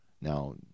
Now